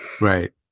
Right